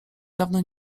dawno